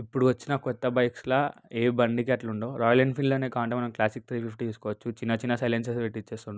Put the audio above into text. ఇప్పుడు వచ్చిన కొత్త బైక్స్లో ఏ బండికి అట్లా ఉండవు రాయల్ ఎన్ఫీల్డ్లోనే కావాలంటే మనం క్లాసిక్ త్రీ ఫిఫ్టీ తీసుకోవచ్చు చిన్నచిన్న సైలెన్సర్స్ పెట్టి ఇచ్చేస్తుండు